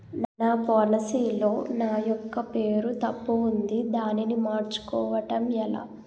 నా పోలసీ లో నా యెక్క పేరు తప్పు ఉంది దానిని మార్చు కోవటం ఎలా?